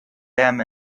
them